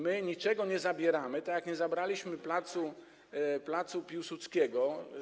My niczego nie zabieramy, tak jak nie zabraliśmy placu Piłsudskiego.